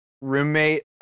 roommate